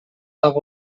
так